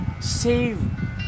save